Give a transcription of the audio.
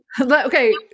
Okay